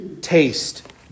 taste